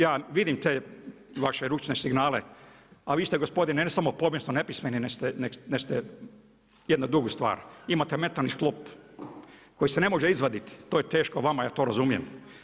Ja vidim te vaše ručne signale, a vi ste gospodine ne samo povijesno nepismeni, nego ste jedna druga stvar, imate metalni sklop koji se ne može izvaditi, to je teško vama, ja to razumijem.